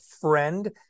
friend